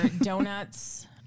donuts